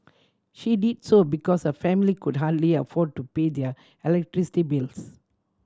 she did so because her family could hardly afford to pay their electricity bills